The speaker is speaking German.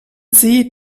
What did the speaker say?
sie